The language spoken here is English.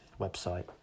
website